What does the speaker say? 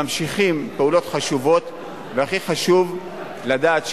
ממשיכים פעולות חשובות, והכי חשוב לדעת שהעוני,